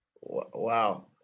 Wow